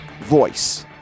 voice